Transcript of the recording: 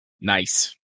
Nice